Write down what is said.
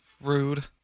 Rude